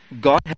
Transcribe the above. God